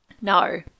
No